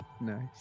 Nice